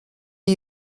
are